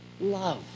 love